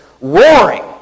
roaring